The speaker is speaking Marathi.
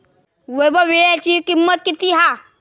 वैभव वीळ्याची किंमत किती हा?